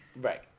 right